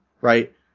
right